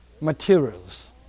materials